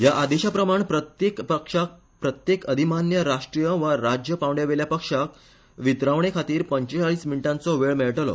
ह्या आदेशाप्रमाण प्रत्येक पक्षाक प्रत्येक अधिमान्य राष्ट्रीय वा राज्य पांवडयावेल्या पक्षाक वितरावणे खातीर पंचेचाळीस मिनीटांचो वेळ मेळटलो